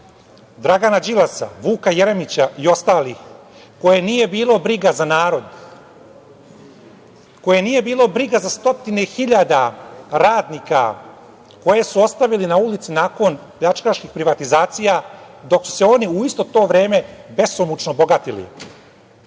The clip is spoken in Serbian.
Dragana Đilasa, Vuka Jeremića i ostalih, koje nije bilo briga za narod, koje nije bilo briga za stotine hiljada radnika koje su ostavili na ulici nakon pljačkaških privatizacija, dok su se oni u isto to vreme besomučno bogatili.Za